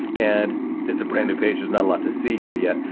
and it's a brand new page. there's not a lot to see here yet,